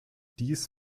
dies